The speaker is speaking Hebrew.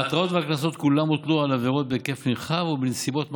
ההתראות והקנסות כולם הוטלו על עבירות בהיקף נרחב ובנסיבות מחמירות.